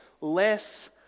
less